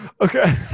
okay